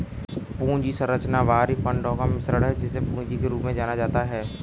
पूंजी संरचना बाहरी फंडों का मिश्रण है, जिसे पूंजी के रूप में जाना जाता है